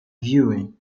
viewing